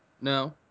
No